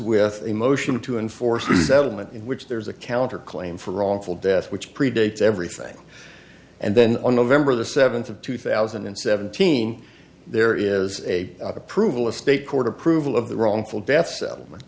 with a motion to enforce the settlement in which there's a counter claim for wrongful death which predates everything and then on november the seventh of two thousand and seventeen there is a approval a state court approval of the wrongful death settlement